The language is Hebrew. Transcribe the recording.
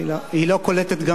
לא על הזמן שלי, כן?